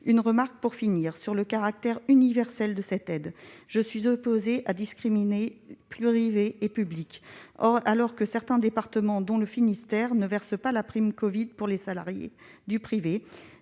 Une remarque, pour finir, sur le caractère universel de cette aide : je suis opposée à la discrimination entre privé et public, alors que certains départements, dont le Finistère, ne versent pas la prime covid aux salariés du privé.